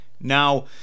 Now